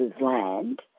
land